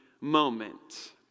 moment